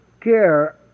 care